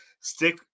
Stick